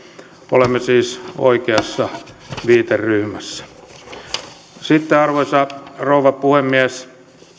olemme siis oikeassa viiteryhmässä sitten arvoisa rouva puhemies